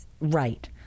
Right